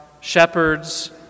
shepherds